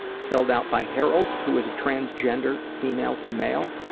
filled out by harold who is a transgender, female to male.